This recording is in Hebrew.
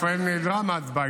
ישראל נעדרה מההצבעה,